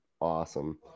Awesome